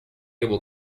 able